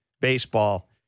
Baseball